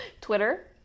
Twitter